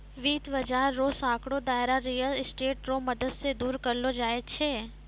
वित्त बाजार रो सांकड़ो दायरा रियल स्टेट रो मदद से दूर करलो जाय छै